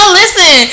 listen